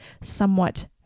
somewhat